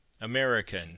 American